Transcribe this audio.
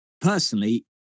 personally